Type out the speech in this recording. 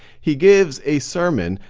he gives a sermon,